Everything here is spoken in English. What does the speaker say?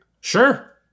Sure